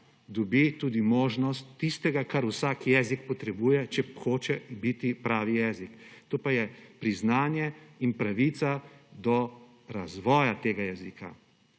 dobi tudi možnost tistega, kar vsak jezik potrebuje, če hoče biti pravi jezik, to pa je priznanje in pravica do razvoja tega jezika.